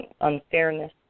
unfairness